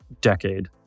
decade